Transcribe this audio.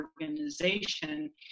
organization